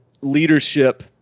leadership